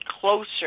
closer